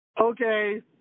okay